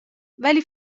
ولی